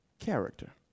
character